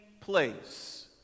place